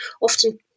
Often